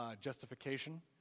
justification